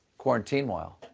quarantine-while,